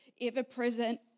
ever-present